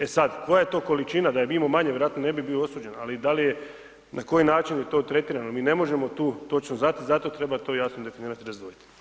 E sad, koja je to količina, da je im'o manje, vjerojatno ne bi bio osuđen, ali da li je, na koji način je to tretirano, mi ne možemo tu točno znati, zato treba to jasno definirati i razdvojiti.